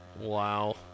Wow